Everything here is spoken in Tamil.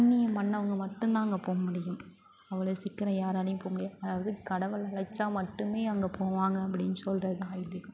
புண்ணியம் பண்ணவங்க மட்டுந்தான் அங்கே போக முடியும் அவ்வளவு சீக்கிரம் யாராலேயும் போக முடியாது அதாவது கடவுள் அழைத்தா மட்டுமே அங்கே போவாங்க அப்படின்னு சொல்கிறது தான் ஐதீகம்